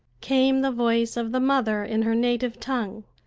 came the voice of the mother in her native tongue.